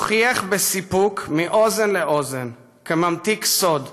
הוא חייך בסיפוק מאוזן לאוזן כממתיק סוד,